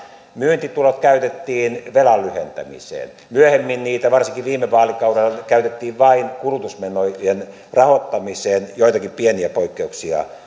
myyntitulot käytettiin velan lyhentämiseen myöhemmin niitä varsinkin viime vaalikaudella käytettiin vain kulutusmenojen rahoittamiseen joitakin pieniä poikkeuksia